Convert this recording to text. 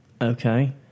Okay